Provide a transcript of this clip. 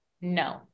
no